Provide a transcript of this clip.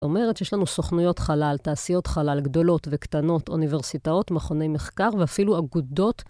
אומרת שיש לנו סוכנויות חלל, תעשיות חלל גדולות וקטנות, אוניברסיטאות, מכוני מחקר ואפילו אגודות.